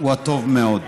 הוא הטוב מאוד.